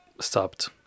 stopped